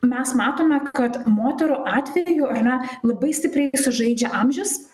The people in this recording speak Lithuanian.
mes matome kad moterų atveju ar ne labai stipriai sužaidžia amžius